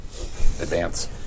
Advance